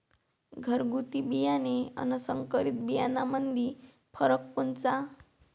घरगुती बियाणे अन संकरीत बियाणामंदी फरक कोनचा?